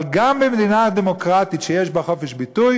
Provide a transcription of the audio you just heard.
אבל גם במדינה דמוקרטית שיש בה חופש ביטוי